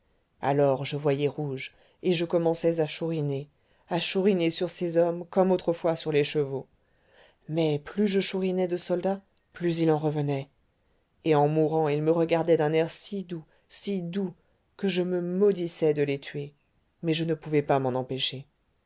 alors je voyais rouge et je commençais à chouriner à chouriner sur ces hommes comme autrefois sur les chevaux mais plus je chourinais de soldats plus il en revenait et en mourant ils me regardaient d'un air si doux si doux que je me maudissais de les tuer mais je ne pouvais pas m'en empêcher